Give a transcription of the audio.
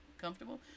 comfortable